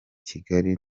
kigali